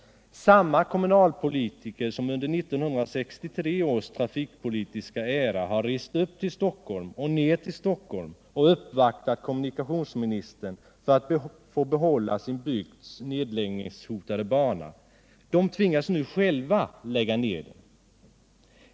Samma kommunalpolitiker som under 1963 års trafikpolitiska era har rest upp till Stockholm och ner till Stockholm och uppvaktat kommunikationsministern för att få behålla sin bygds nedläggningshotade bana, tvingas nu själva lägga ner den.